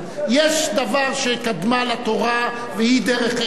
יש דבר שקדם לתורה והוא דרך ארץ.